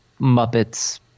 Muppets